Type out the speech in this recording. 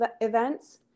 events